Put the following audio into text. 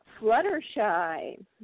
Fluttershy